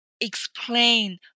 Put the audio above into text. explain